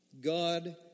God